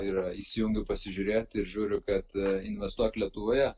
yra įsijungiu pasižiūrėti ir žiūriu kad investuok lietuvoje